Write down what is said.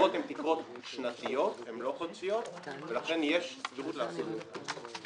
התקרות הן תקרות שנתיות ולא חודשיות ולכן יש סבירות לעשות את זה.